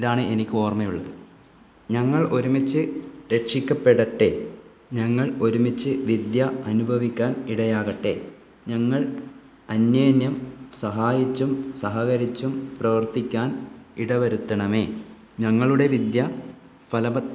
ഇതാണ് എനിക്ക് ഓർമ്മയുള്ളത് ഞങ്ങൾ ഒരുമിച്ച് രക്ഷിക്കപ്പെടട്ടെ ഞങ്ങൾ ഒരുമിച്ച് വിദ്യ അനുഭവിക്കാൻ ഇടയാകട്ടെ ഞങ്ങൾ അന്യോന്യം സഹായിച്ചും സഹകരിച്ചും പ്രവർത്തിക്കാൻ ഇടവരുത്തണമേ ഞങ്ങളുടെ വിദ്യ ഫലവ